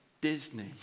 Disney